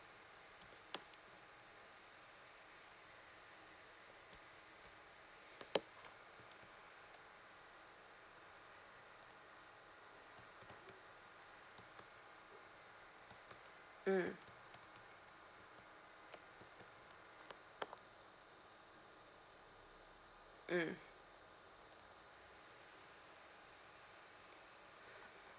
mm mm